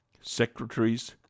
secretaries